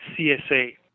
CSA